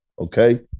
Okay